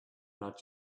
not